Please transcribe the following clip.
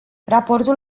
raportul